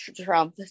Trump